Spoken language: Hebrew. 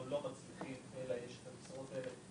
אנחנו לא מצליחים לאייש את המשרות האלה.